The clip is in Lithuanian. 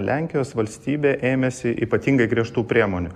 lenkijos valstybė ėmėsi ypatingai griežtų priemonių